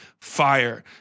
fire